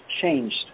changed